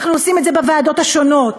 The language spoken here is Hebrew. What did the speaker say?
אנחנו עושים את זה בוועדות השונות,